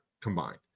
combined